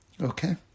Okay